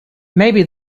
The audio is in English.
maybe